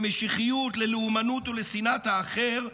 למשיחיות, ללאומנות ולשנאת האחר,